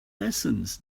lessons